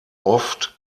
oft